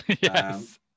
Yes